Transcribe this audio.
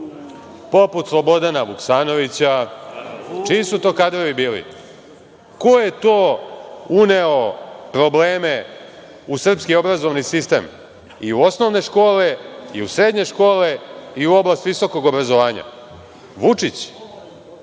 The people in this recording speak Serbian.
poput Slobodana Vuksanovića? Čiji su to kadrovi bili? Ko je to uneo probleme u srpski obrazovni sistem – i u osnovne škole i u srednje škole i u oblast visokog obrazovanja? Vučić?